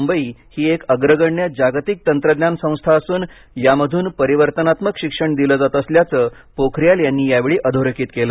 मुंबई ही एक अग्रगण्य जागतिक तंत्रज्ञान संस्था असून यामधून परिवर्तनात्मक शिक्षण दिलं जात असल्याचं पोखरीयाल यांनी यावेळी अधोरेखित केलं